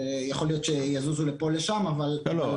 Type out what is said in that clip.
יכול להיות שיזוזו לפה או לשם --- לא,